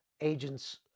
agents